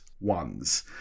ones